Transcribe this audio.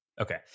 Okay